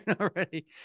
already